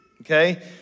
okay